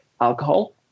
alcohol